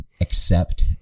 accept